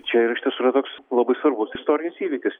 tai čia yra iš tiesų yra toks labai svarbus istorinis įvykis